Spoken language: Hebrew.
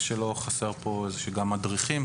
ושלא חסרים פה מדריכים,